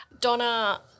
Donna